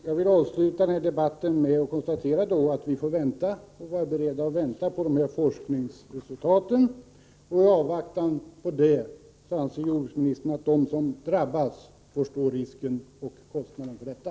Herr talman! Jag vill avsluta debatten med att konstatera att vi får vara beredda att vänta på forskningsresultaten och att jordbruksministern anser att i avvaktan på dessa resultat får de som drabbats stå risken och ta kostnaderna.